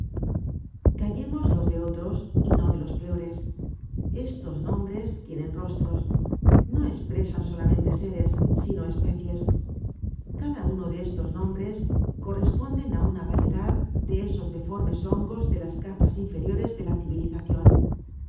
callemos los de otros y no de los peores estos nombres tienen rostros no espresan solamente seres sino especies cada uno de estos nombres corresponden á una variedad de esos deformes hongos de las capas inferiores de la civilizacion